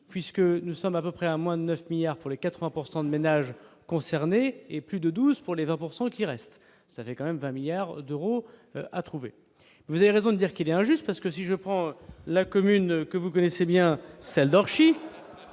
puisque nous sommes à peu près à moins de 9 milliards pour les 80 pourcent de de ménages concernés et plus de 12 pour les les 20 pourcent qui qui restent, ça fait quand même 20 milliards d'euros à trouver, vous avez raison de dire qu'il est injuste, parce que si je prends la commune que vous connaissez bien. Celle d'Chine